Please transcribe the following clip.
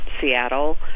Seattle